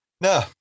No